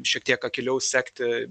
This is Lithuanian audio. šiek tiek akyliau sekti